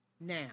now